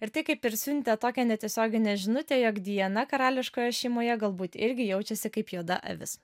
ir tai kaip ir siuntė tokią netiesioginę žinutę jog diana karališkoje šeimoje galbūt irgi jaučiasi kaip juoda avis